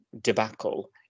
debacle